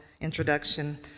introduction